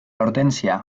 hortensia